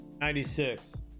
96